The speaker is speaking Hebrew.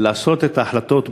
לקבל את ההחלטות בזהירות,